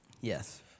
Yes